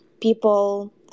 people